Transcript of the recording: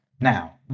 Now